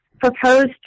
proposed